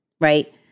right